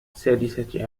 السادسة